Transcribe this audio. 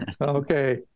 Okay